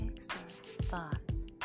thoughts